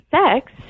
sex